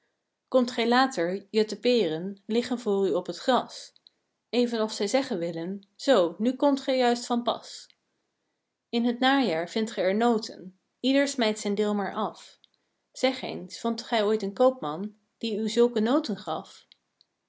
komt gij later jutteperen liggen voor u op het gras even of zij zeggen willen zoo nu komt gij juist vanpas in het najaar vindt ge er noten ieder smijt zijn deel maar af zeg eens vondt gij ooit een koopman die u zulke noten gaf